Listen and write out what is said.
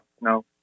No